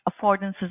affordances